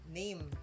name